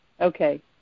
Okay